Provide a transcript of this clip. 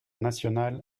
national